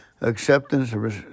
Acceptance